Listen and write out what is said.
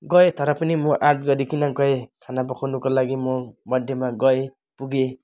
गएँ तर पनि म आँट गरिकन गएँ खाना पकाउनुको लागि म बर्थडेमा गएँ पुगेँ